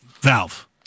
Valve